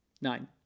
nine